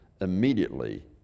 immediately